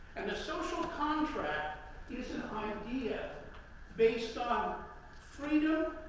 and a social contract is an idea based on freedom